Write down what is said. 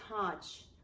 touch